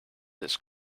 this